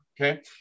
okay